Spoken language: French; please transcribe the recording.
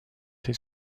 des